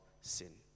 sin